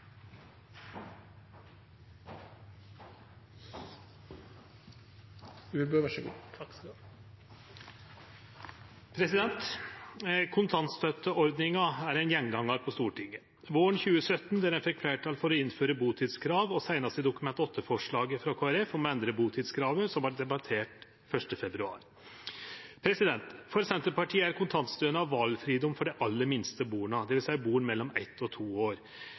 ein gjengangar på Stortinget. Våren 2017 fekk ein fleirtal for å innføre butidskrav, og Dokument 8-forslaget frå Kristeleg Folkeparti om å endre butidskravet vart debattert seinast 1. februar. For Senterpartiet er kontantstønad valfridom for dei aller minste barna, det vil seie barn mellom eitt og to år.